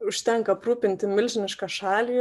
užtenka aprūpinti milžinišką šalį